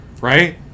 right